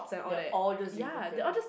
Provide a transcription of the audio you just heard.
they are all just European